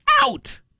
out